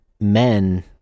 men